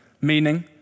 meaning